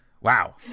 Wow